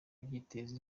biteza